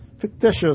fictitious